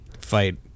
fight